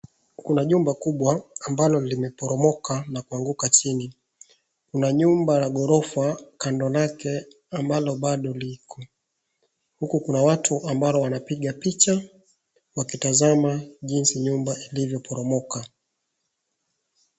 Kuna jumba kubwa ambalo limeporomoka na kuanguka chini. Kuna nyumba la ghorofa kando lake ambalo liko. Huko kuna watu ambalo wanapiga picha wakitazama jinsi nyumba ilivyoporomoka.